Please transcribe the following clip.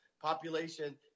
population